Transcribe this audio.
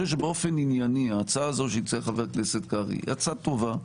שבאופן ענייני ההצעה הזאת שהציע חבר הכנסת קרעי היא הצעה טובה,